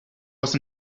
was